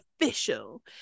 official